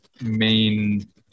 main